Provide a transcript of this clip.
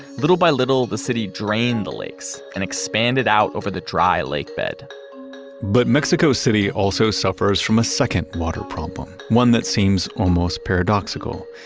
little by little, the city drained the lakes and expanded out over the dry lake bed but mexico city also suffers from a second water problem, one that seems almost paradoxical,